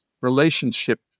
relationship